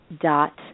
dot